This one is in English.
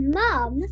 mum